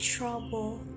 trouble